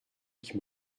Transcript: qui